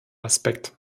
aspekt